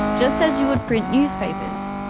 just as you would print newspapers.